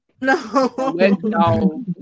no